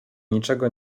niczego